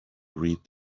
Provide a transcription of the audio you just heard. read